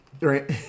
Right